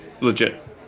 Legit